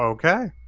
okay.